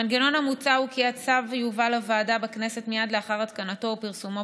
המנגנון המוצע הוא כי הצו יובא לוועדה בכנסת מייד לאחר התקנתו ופרסומו